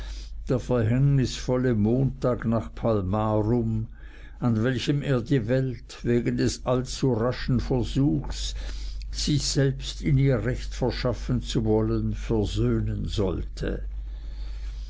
der verhängnisvolle montag nach palmarum an welchem er die welt wegen des allzuraschen versuchs sich selbst in ihr recht verschaffen zu wollen versöhnen sollte